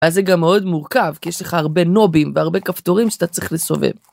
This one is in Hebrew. אז זה גם מאוד מורכב, כי יש לך הרבה נובים והרבה כפתורים שאתה צריך לסובב.